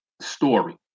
story